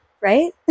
Right